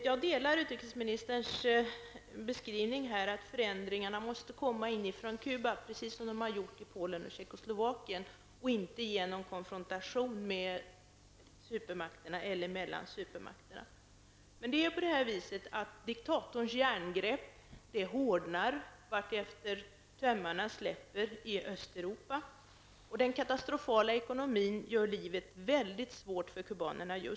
Jag delar utrikesministerns beskrivning av att förändringarna måste komma inifrån Cuba, precis som de har gjort i Polen och Tjeckoslovakien, och inte genom konfrontation med supermakterna eller mellan supermakterna. Diktatorns järngrepp hårdnar emellertid vartefter tömmarna släpper i Östeuropa. Den katastrofala ekonomin gör just nu livet mycket svårt för kubanerna.